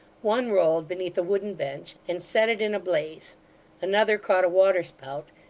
one rolled beneath a wooden bench, and set it in a blaze another caught a water-spout,